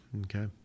Okay